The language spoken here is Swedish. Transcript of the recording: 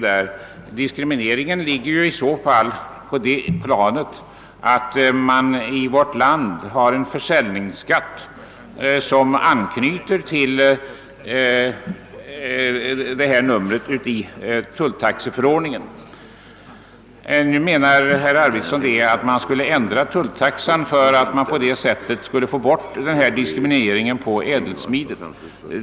Diskrimineringen ligger i så fall på det planet att det i vårt land finns en försäljningsskatt som anknyter till ifrågavarande nummer i tulltaxeförordningen. Herr Arvidson menar nu att man skall ändra tulltaxan för att därigenom avlägsna diskrimineringen av ädelsmiden.